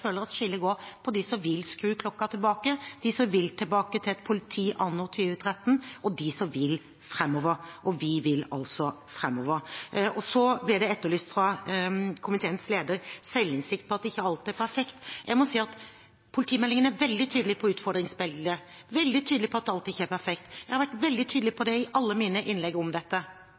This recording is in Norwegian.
føler at skillet går mellom dem som vil skru klokken tilbake, de som vil tilbake til et politi anno 2013, og de som vil framover. Vi vil altså framover. Det ble fra komiteens leder etterlyst selvinnsikt på at ikke alt er perfekt. Jeg må si at politimeldingen er veldig tydelig på utfordringsbildet, veldig tydelig på at alt ikke er perfekt. Jeg har vært veldig tydelig på det i alle mine innlegg om dette.